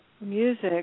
music